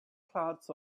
clouds